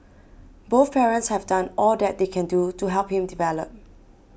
both parents have done all that they can do to help him develop